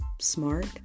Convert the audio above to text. smart